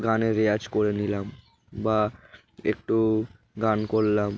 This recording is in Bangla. গানের রেওয়াজ করে নিলাম বা একটু গান করলাম